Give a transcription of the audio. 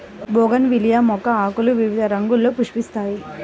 bougainvillea మొక్క ఆకులు వివిధ రంగుల్లో పుష్పిస్తాయి